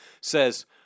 says